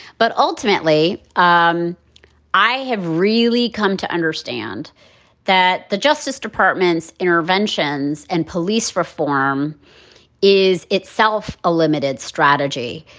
but ultimately, um i have really come to understand that the justice department's interventions and police reform is itself a limited strategy,